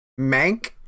Mank